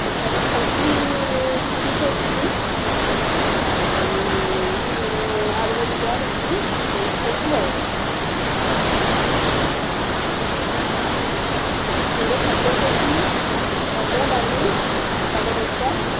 ସକାଳେ ଖାଇଥିଲି ରୁଟି ଖାଇଥିଲି ଆଉ ଆଳୁ ଭଜା ରୁଟି ଏଇଆ ଖାଇଥିଲି ଆଉ ଦି ପହରେ ଭାତ ଖାଇଥିଲି ଭାତ ଡାଲି ଶାଗ ଭଜା